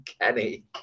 kenny